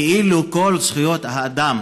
כאילו כל זכויות האדם